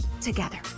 together